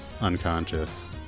unconscious